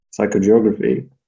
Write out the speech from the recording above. psychogeography